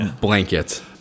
Blanket